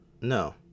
No